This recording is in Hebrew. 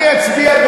אני אצביע,